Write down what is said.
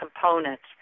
components